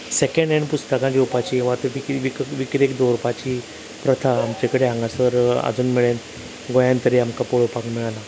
second hand पुस्तकां घेवपाची वा त्यो विकरी विकरेक दवरपाची प्रथा आमचे कडेन हांगासर आजून मेरेन गोंयान तरी आमकां पळोवपाक मेळना